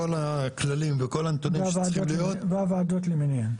כל הכללים והנתונים שצריכים להיות --- והוועדות למיניהן.